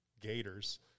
Gators